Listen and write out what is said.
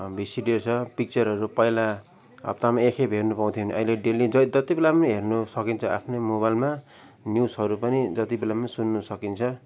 VCD छ पिक्चरहरू पहिला हप्तामा एकखेप हेर्नु पाउँथ्यो भने अहिले डेल्ली ज जत्तिबेला पनि हेर्नु सकिन्छ आफ्नै मोबाइलमा न्युजहरू पनि जतिबेला पनि सुन्नु सकिन्छ